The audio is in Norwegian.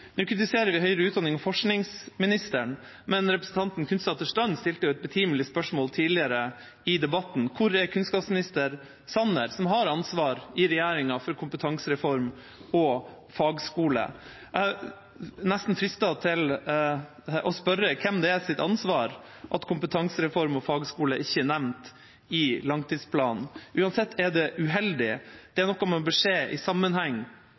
Nå kritiserer vi forsknings- og høyere utdanningsministeren, men representanten Knutsdatter Strand stilte et betimelig spørsmål tidligere i debatten: Hvor er kunnskapsminister Sanner, som har ansvar i regjeringa for kompetansereform og fagskoler? Jeg er nesten fristet til å spørre hvem som har ansvaret for at kompetansereform og fagskoler ikke er nevnt i langtidsplanen. Uansett er det uheldig. Dette er noe en bør se i sammenheng